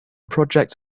projects